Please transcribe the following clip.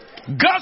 God